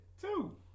Two